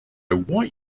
want